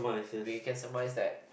we can surmise that